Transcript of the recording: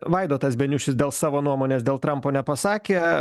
vaidotas beniušis dėl savo nuomonės dėl trampo nepasakė